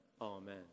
Amen